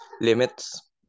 limits